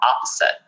opposite